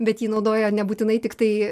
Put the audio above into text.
bet jį naudojo nebūtinai tiktai